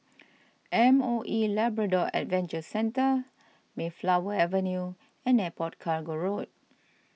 M O E Labrador Adventure Centre Mayflower Avenue and Airport Cargo Road